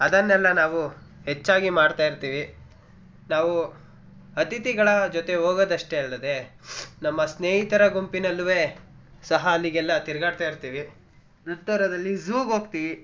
ಅದನ್ನೆಲ್ಲ ನಾವು ಹೆಚ್ಚಾಗಿ ಮಾಡ್ತಾಯಿರ್ತೀವಿ ನಾವು ಅತಿಥಿಗಳ ಜೊತೆ ಹೋಗೋದಷ್ಟೇ ಅಲ್ಲದೇ ನಮ್ಮ ಸ್ನೇಹಿತರ ಗುಂಪಿನಲ್ಲೂ ಸಹ ಅಲ್ಲಿಗೆಲ್ಲ ತಿರುಗಾಡ್ತಾಯಿರ್ತೀವಿ ನಂತರದಲ್ಲಿ ಝೂಗೆ ಹೋಗ್ತೀವಿ